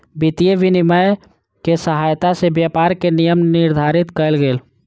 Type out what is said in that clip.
वित्तीय विनियम के सहायता सॅ व्यापार के नियम निर्धारित कयल गेल